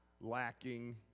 lacking